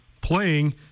playing